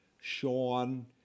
Sean